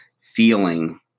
feeling